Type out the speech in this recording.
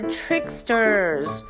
tricksters